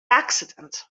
accident